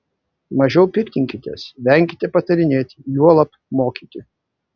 mažiau piktinkitės venkite patarinėti juolab mokyti